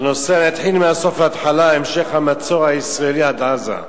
אתחיל מהסוף להתחלה: המשך המצור הישראלי על עזה.